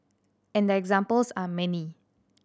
and the examples are many